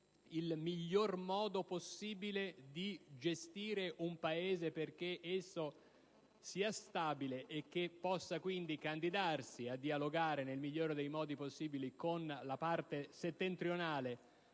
il miglior modo possibile di gestire un Paese perché esso sia stabile e possa quindi candidarsi a dialogare nel migliore dei modi possibili con la parte settentrionale